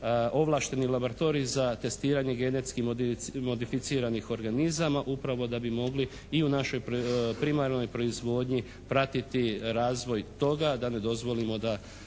ovlašteni laboratorij za testiranje genetski modificiranih organizama upravo da bi mogli i u našoj primarnoj proizvodnji pratiti razvoj toga da ne dozvolimo da